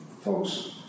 Folks